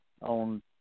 on